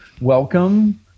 welcome